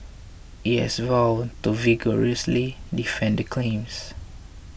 it has vowed to vigorously defend the claims